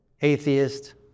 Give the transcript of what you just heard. atheist